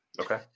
Okay